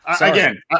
again